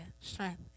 strength